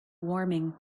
warming